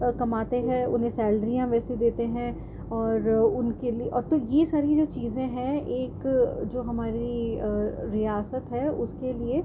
کماتے ہیں انہیں سیلریاں ویسے دیتے ہیں اور ان کے لیے اور پھر یہ ساری چیزیں ہیں ایک جو ہماری ریاست ہے اس کے لیے